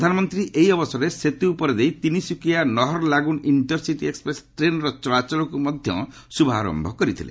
ପ୍ରଧାନମନ୍ତ୍ରୀ ଏହି ଅବସରରେ ସେତୁ ଉପର ଦେଇ ତିନିସୁକିଆ ନହରଲାଗୁନ୍ ଇଷ୍ଟର୍ସିଟି ଏକ୍ପ୍ରେସ୍ ଟ୍ରେନ୍ର ଚଳାଚଳକୁ ମଧ୍ୟ ଶ୍ରଭାରମ୍ଭ କରିଥିଲେ